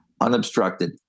unobstructed